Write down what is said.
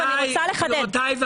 לחדד,